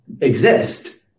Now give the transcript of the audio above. exist